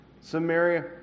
Samaria